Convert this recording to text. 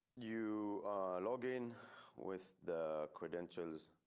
you log in with the credentials.